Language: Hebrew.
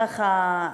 ככה,